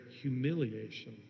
humiliation